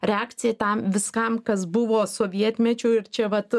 reakcija į tam viskam kas buvo sovietmečiu ir čia vat